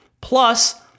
Plus